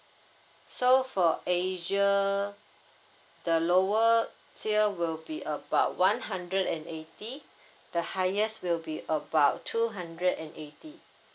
so for asia the lower tier will be about one hundred and eighty the highest will be about two hundred and eighty